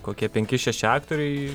kokie penki šeši aktoriai